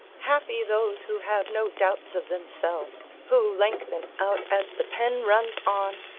happy those who have no doubts of themselves! who lengthen out, as the pen runs on,